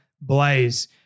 Blaze